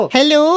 Hello